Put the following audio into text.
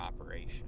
operation